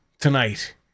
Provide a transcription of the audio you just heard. tonight